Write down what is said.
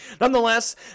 Nonetheless